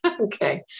Okay